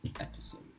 episode